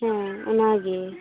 ᱦᱚᱭ ᱚᱱᱟᱜᱮ